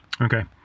Okay